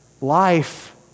Life